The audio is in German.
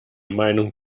meinung